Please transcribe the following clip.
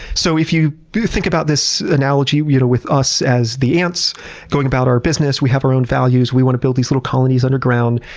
so, if you think about this analogy you know with us as the ants going about our business, we have our own values, we want build these little colonies underground.